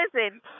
Listen